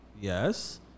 yes